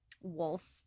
wolf